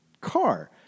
car